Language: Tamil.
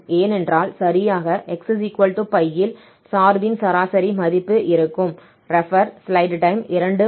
ஏனென்றால் சரியாக xπ இல் சார்பின் சராசரி மதிப்பு இருக்கும்